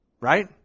Right